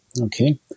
Okay